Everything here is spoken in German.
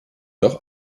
doch